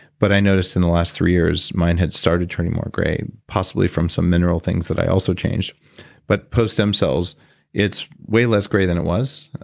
but i noticed in the last three years mine had started turning more gray, possibly from some mineral things that i also changed but post stem cells it's way less gray than it was,